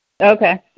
Okay